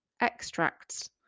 Extracts